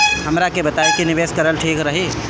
हमरा के बताई की निवेश करल ठीक रही?